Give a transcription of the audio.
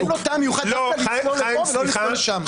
אין לו טעם מיוחד דווקא לצלול לפה ולא לצלול לשם.